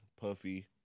Puffy